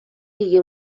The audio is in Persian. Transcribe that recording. دیگه